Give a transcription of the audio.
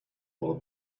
all